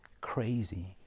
crazy